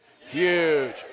huge